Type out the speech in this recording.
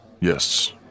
Yes